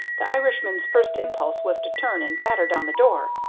the irishman's first impulse was to turn and batter down the door,